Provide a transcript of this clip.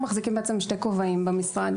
אנחנו במשרד